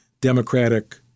Democratic